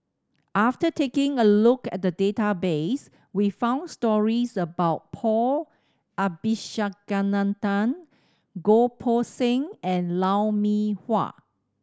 after taking a look at the database we found stories about Paul Abisheganaden Goh Poh Seng and Lou Mee Wah